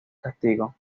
castigos